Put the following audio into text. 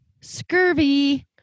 scurvy